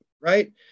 right